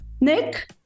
Nick